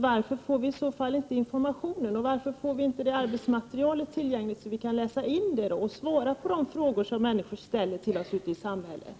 varför får vi inte information från dem och tillgång till deras arbetsmaterial, så att vi kan läsa in det och kan svara på de frågor som människor ställer till oss ute i samhället?